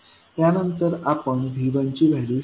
त्यानंतर आपण V1ची व्हॅल्यू शोधू